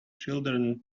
children